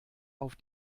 auf